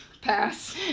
Pass